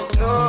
no